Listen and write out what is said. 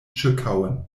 ĉirkaŭen